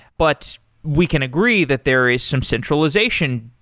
but we can agree that there is some centralization.